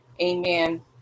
amen